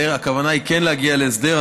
הכוונה היא כן להגיע להסדר,